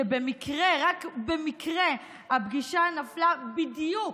שבמקרה, רק במקרה, הפגישה נפלה בדיוק,